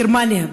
גרמניה,